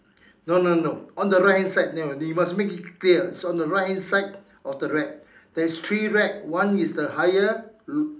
no no no on the right hand side no you must make it clear it's on the right hand side of the rack there's three rack one is the higher l~